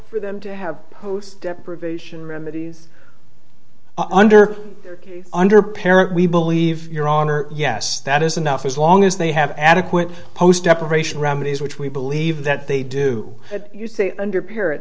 for them to have deprivation remedies under under parent we believe your honor yes that is enough as long as they have adequate post operation remedies which we believe that they do you say under p